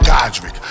Godric